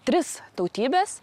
tris tautybes